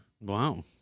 wow